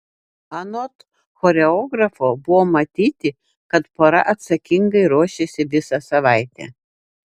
anot choreografo buvo matyti kad pora atsakingai ruošėsi visą savaitę